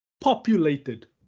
populated